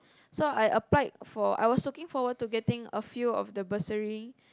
so I applied for I was looking forward to getting a few of the bursary